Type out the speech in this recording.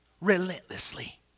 relentlessly